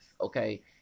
okay